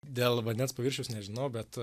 dėl vandens paviršiaus nežinau bet